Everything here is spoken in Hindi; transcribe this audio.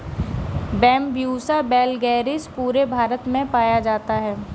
बैम्ब्यूसा वैलगेरिस पूरे भारत में पाया जाता है